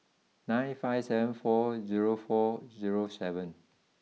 nine five seven four zero four zero seven